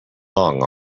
long